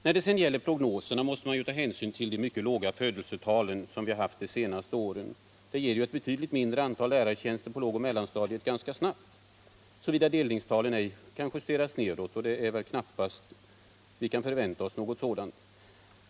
När det sedan gäller prognoserna måste man ta hänsyn till de mycket låga födelsetal som vi haft under de senaste åren och som ganska snabbt kommer att leda till ett betydligt minskat antal lärartjänster på lågoch mellanstadiet, såvida delningstalen ej justeras nedåt, och något sådant kan vi väl knappast förvänta oss.